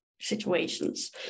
situations